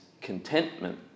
contentment